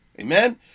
Amen